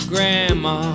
Grandma